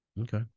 okay